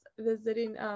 Visiting